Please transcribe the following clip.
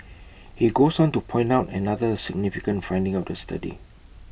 he goes on to point out another significant finding of the study